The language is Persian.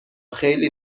خیلی